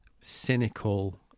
cynical